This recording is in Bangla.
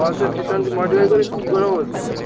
পালসার টি টোয়েন্টি মোডিফাই করবে কী করে বলছো তুমি